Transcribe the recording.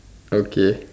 okay